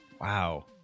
Wow